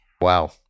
Wow